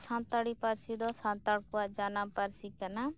ᱥᱟᱱᱛᱟᱲᱤ ᱯᱟᱹᱨᱥᱤ ᱫᱚ ᱥᱟᱱᱛᱟᱲ ᱠᱚᱣᱟᱜ ᱡᱟᱱᱟᱢ ᱯᱟᱹᱨᱥᱤ ᱠᱟᱱᱟ